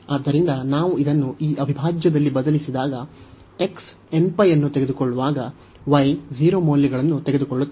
ಆದ್ದರಿಂದ ನಾವು ಇದನ್ನು ಈ ಅವಿಭಾಜ್ಯದಲ್ಲಿ ಬದಲಿಸಿದಾಗ x nπ ಅನ್ನು ತೆಗೆದುಕೊಳ್ಳುವಾಗ y 0 ಮೌಲ್ಯಗಳನ್ನು ತೆಗೆದುಕೊಳ್ಳುತ್ತದೆ